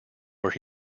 where